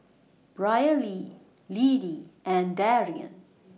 Brylee Lidie and Darrion